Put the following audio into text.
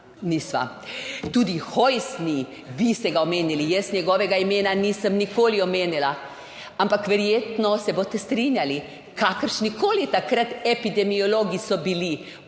Nisva. Tudi Hojs ni. Vi ste ga omenili. Jaz njegovega imena nisem nikoli omenjala. Ampak verjetno se boste strinjali, kakršnikoli takrat epidemiologi so bili,